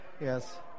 yes